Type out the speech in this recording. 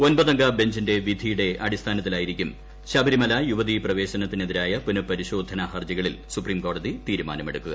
ഒൻപതംഗ ബെഞ്ചിന്റെ വിധിയുടെ അടിസ്ഥാനത്തിലായിരിക്കുംശബരിമല യുവതീ പ്രവേശനത്തിനെതിരായ പുനഃപരിശോധനാ ഹർജികളിൽ സുപ്രീംകോടതി തീരുമാനമെടുക്കുക